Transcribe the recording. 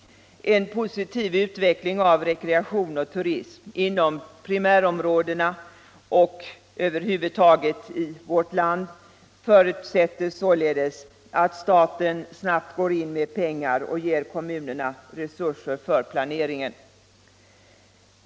En positiv utveckling av rekreation och turism inom primärområdena och över huvud taget i vårt land förutsätter således att staten snabbt går in med pengar och ger kommunerna resurser för planeringen.